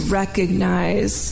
recognize